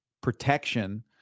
protection